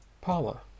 Paula